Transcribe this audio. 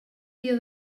dia